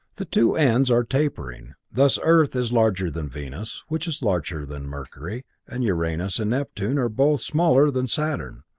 the two ends are tapering, thus earth is larger than venus, which is larger than mercury, and uranus and neptune are both smaller than saturn,